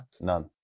None